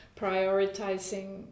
prioritizing